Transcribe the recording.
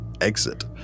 exit